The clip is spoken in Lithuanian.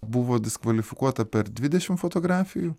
buvo diskvalifikuota per dvidešimt fotografijų